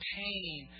pain